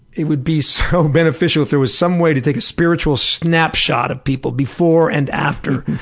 it would be so beneficial if there was some way to take a spiritual snapshot of people before and after,